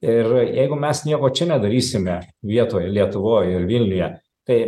ir jeigu mes nieko čia nedarysime vietoj lietuvoj ir vilniuje tai